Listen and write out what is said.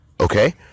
Okay